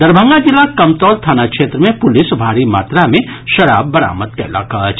दरभंगा जिलाक कमतौल थाना क्षेत्र मे पुलिस भारी मात्रा मे शराब बरामद कयलक अछि